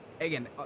again